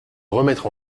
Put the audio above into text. remettre